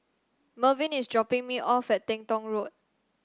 Mervin is dropping me off at Teng Tong Road